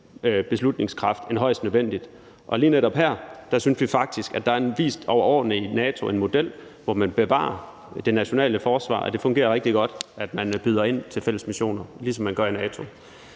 beslutningskraft end højst nødvendigt, og lige netop her synes vi faktisk, at det over årerne har vist sig, at den model med, at man bevarer det nationale forsvar, fungerer rigtig godt, og at man byder ind til fælles missioner, ligesom man gør i NATO.